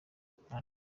rwanda